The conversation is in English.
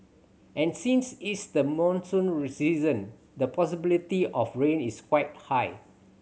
and since it's the monsoon reseason the possibility of rain is quite high